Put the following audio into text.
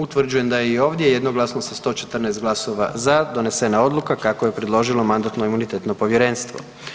Utvrđujem da je i ovdje jednoglasno sa 114 za donesena odluka kako je predložilo Mandatno-imunitetno povjerenstvo.